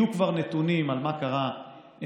יהיו כבר נתונים על מה קרה באוגוסט,